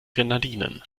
grenadinen